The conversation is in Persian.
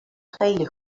خیلی